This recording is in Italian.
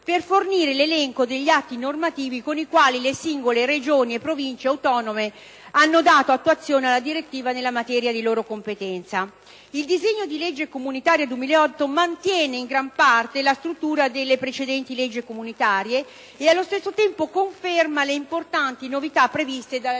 fornendo l'elenco degli atti normativi con i quali le singole Regioni e Province autonome hanno dato attuazione alle direttive nella materie di loro competenza. Il disegno di legge comunitaria 2008 mantiene in gran parte la struttura delle precedenti leggi comunitarie e, al tempo stesso, conferma le importanti novità previste dalla legge comunitaria